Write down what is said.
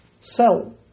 cell